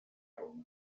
roma